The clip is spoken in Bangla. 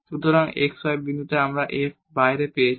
সুতরাং x y বিন্দুতে f আমরা শুধু বাইরে লিখেছি